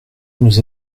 nous